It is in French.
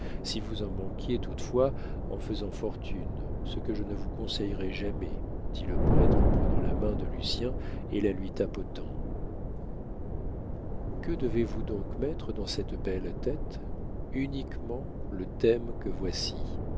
si vous en manquiez toutefois en faisant fortune ce que je ne vous conseillerais jamais dit le prêtre en prenant la main de lucien et la lui tapotant que devez-vous donc mettre dans cette belle tête uniquement le thème que voici